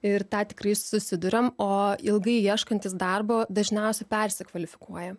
ir tą tikrai susiduriam o ilgai ieškantys darbo dažniausiai persikvalifikuoja